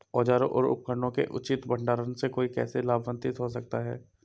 औजारों और उपकरणों के उचित भंडारण से कोई कैसे लाभान्वित हो सकता है?